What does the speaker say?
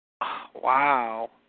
Wow